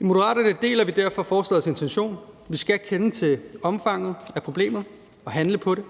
I Moderaterne deler vi derfor forslagets intention. Vi skal kende til omfanget af problemet og handle på det.